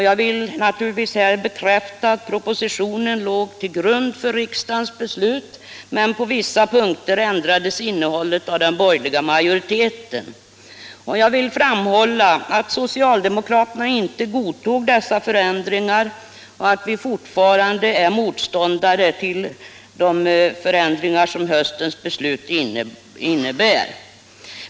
Jag vill naturligtvis här bekräfta att propositionen låg till grund för riksdagens beslut, men på vissa punkter ändrades innehållet av den borgerliga majoriteten. Jag vill framhålla att socialdemokraterna inte godtog dessa förändringar och att vi fortfarande är motståndare till de förändringar som höstens beslut innebär.